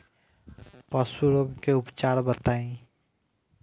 पशु रोग के उपचार बताई?